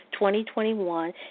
2021